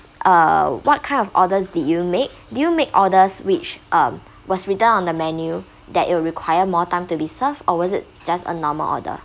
uh what kind of orders did you make do you make orders which um was written on the menu that it'll require more time to be served or was it just a normal order